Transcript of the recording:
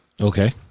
Okay